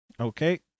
Okay